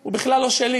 הוא בכלל לא שלי,